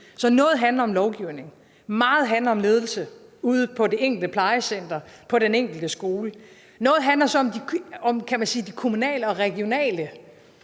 Så noget handler om lovgivning, og meget handler om ledelse ude på det enkelte plejecenter, på den enkelte skole. Noget handler så om de kommunale og regionale